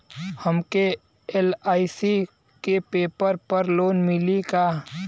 हमके एल.आई.सी के पेपर पर लोन मिली का?